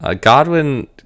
godwin